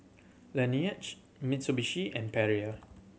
Laneige Mitsubishi and Perrier